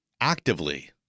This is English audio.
actively